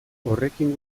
horrekin